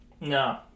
No